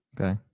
okay